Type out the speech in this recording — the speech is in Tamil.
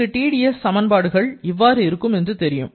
நமக்கு Tds சமன்பாடு இவ்வாறு இருக்கும் என்று தெரியும்